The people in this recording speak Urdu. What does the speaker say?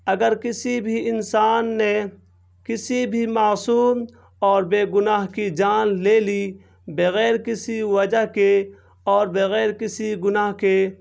اگر کسی بھی انسان نے کسی بھی معصوم اور بے گناہ کی جان لے لی بغیر کسی وجہ کے اور بغیر کسی گناہ کے